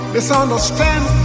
Misunderstand